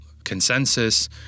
consensus